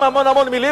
המון המון מלים,